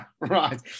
right